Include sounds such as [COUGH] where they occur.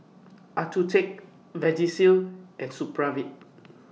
Accucheck Vagisil and Supravit [NOISE]